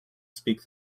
speak